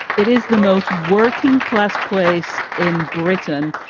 it is the most working class place in britain.